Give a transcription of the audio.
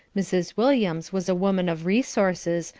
mrs. williams was a woman of resources,